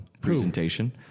presentation